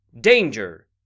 Danger